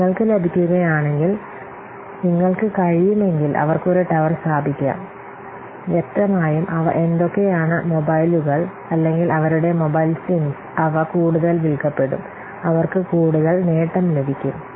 നിങ്ങൾക്ക് ലഭിക്കുകയാണെങ്കിൽ നിങ്ങൾക്ക് കഴിയുമെങ്കിൽ അവർക്ക് ഒരു ടവർ സ്ഥാപിക്കാം വ്യക്തമായും അവ എന്തൊക്കെയാണ് മൊബൈലുകൾ അല്ലെങ്കിൽ അവരുടെ മൊബൈൽ സിംസ് അവ കൂടുതൽ വിൽക്കപ്പെടും അവർക്ക് കൂടുതൽ നേട്ടം ലഭിക്കും